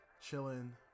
chilling